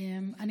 אני